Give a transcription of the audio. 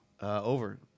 Over